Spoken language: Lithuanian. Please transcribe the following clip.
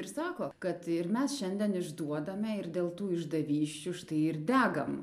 ir sako kad ir mes šiandien išduodame ir dėl tų išdavysčių štai ir degam